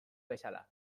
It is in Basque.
bezala